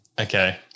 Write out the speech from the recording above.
okay